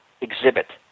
exhibit